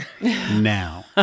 now